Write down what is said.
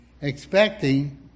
expecting